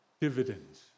dividends